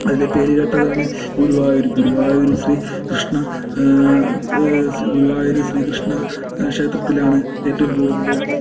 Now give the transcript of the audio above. അതിൽ പേരു കേട്ടതാണ് ഗുരുവായൂർ ഗുരുവായൂർ ശ്രീ കൃഷ്ണ ഗുരുവായൂർ ശ്രീകൃഷ്ണ ക്ഷേത്രത്തിലാണ് ഏറ്റവും കൂടുതൽ